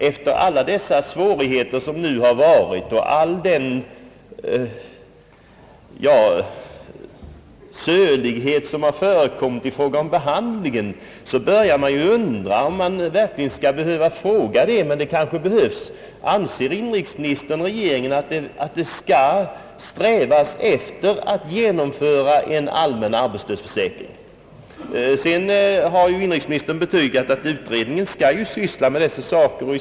Efter alla de uttalanden om dessa svårigheter som gjorts och efter all den sölighet som har förekommit i fråga om behandlingen av detta ärende kan man börja undra, om man verkligen skall behöva ställa den frågan, men det kanske behövs: Anser inrikesministern och regeringen att vi skall sträva efter att genomföra en allmän arbetslöshetsförsäkring? Inrikesministern har betygat, att utredningen skall syssla med dessa saker.